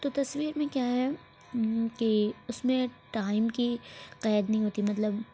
تو تصویر میں کیا ہے کہ اس میں ٹائم کی قید نہیں ہوتی مطلب